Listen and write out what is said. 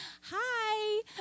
Hi